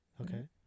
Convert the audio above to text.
Okay